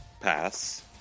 Pass